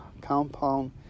compound